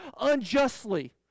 unjustly